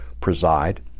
preside